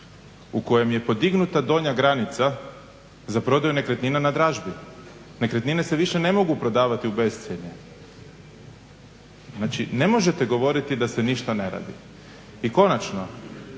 u kojem je podignuta donja granica za prodaju nekretnina na dražbi. Nekretnine se više ne mogu prodavati u bescjenje. Znači ne možete govoriti da se ništa ne radi. I konačno